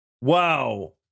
Wow